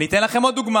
אני אתן לכם עוד דוגמה.